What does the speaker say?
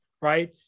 right